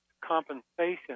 compensation